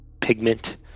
pigment